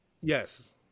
yes